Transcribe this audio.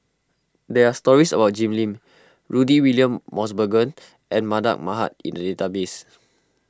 there are stories about Jim Lim Rudy William Mosbergen and Mardan Mamat in the database